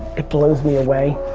it blows me away,